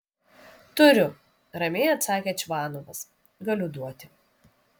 turiu ramiai atsakė čvanovas galiu duoti